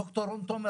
דוקטור תומר,